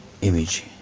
image